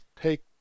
take